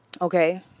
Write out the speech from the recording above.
Okay